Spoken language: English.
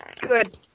Good